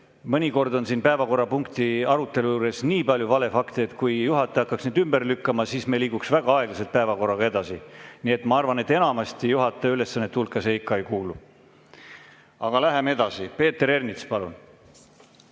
mõnikord [kõlab] siin päevakorrapunkti arutelul nii palju valefakte, et kui juhataja hakkaks neid ümber lükkama, siis me liiguks väga aeglaselt päevakorraga edasi. Nii et ma arvan, et enamasti juhataja ülesannete hulka see ei kuulu. Aga läheme edasi. Peeter Ernits, palun!